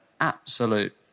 absolute